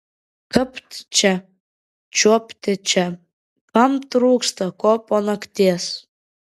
kapt čia čiuopti čia kam trūksta ko po nakties